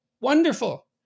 Wonderful